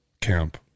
Camp